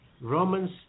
Romans